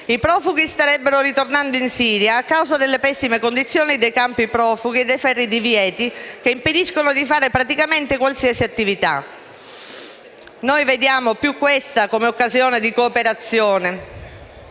i profughi starebbero ritornando in Siria, a causa delle pessime condizioni dei campi profughi e dei ferrei divieti, che impediscono di fare praticamente qualsiasi attività. Noi vediamo più questa come occasione di cooperazione